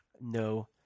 no